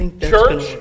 church